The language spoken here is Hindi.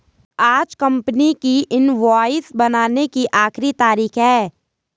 आज कंपनी की इनवॉइस बनाने की आखिरी तारीख है